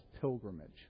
pilgrimage